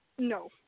No